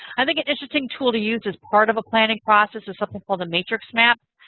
i think an interesting tool to use as part of a planning process is something called a matrix map.